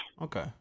Okay